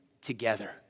together